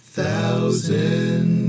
Thousand